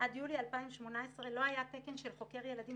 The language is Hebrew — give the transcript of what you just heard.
עד יולי 2018 לא היה תקן של חוקר ילדים